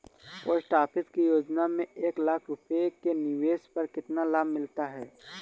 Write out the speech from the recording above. Post office की योजना में एक लाख रूपए के निवेश पर कितना लाभ मिलता है?